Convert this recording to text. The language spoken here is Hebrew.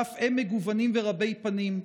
שאף הם מגוונים ורבי-פנים.